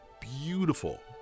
beautiful